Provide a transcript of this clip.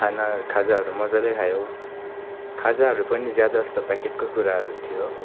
खाना खाजाहरू मजाले खायौँ खाजाहरू पनि ज्यादा जस्तो पेकेटकै कुराहरू थियो